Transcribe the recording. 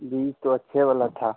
बीज तो अच्छे वाला था